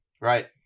right